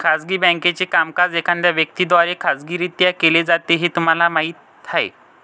खाजगी बँकेचे कामकाज एखाद्या व्यक्ती द्वारे खाजगीरित्या केले जाते हे तुम्हाला माहीत आहे